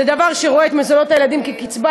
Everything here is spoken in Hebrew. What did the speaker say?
זה דבר שרואה את מזונות הילדים כקצבה,